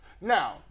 now